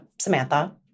Samantha